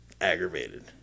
aggravated